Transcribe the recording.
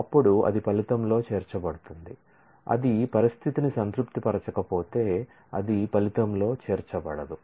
అప్పుడు అది ఫలితంలో చేర్చబడుతుంది అది పరిస్థితిని సంతృప్తిపరచకపోతే అది ఫలితంలో చేర్చబడదు